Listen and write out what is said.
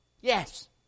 Yes